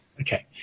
Okay